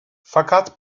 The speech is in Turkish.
fakat